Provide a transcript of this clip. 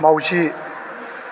माउजि